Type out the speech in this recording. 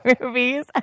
movies